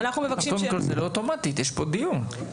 זה לא אוטומטית, יש פה דיון.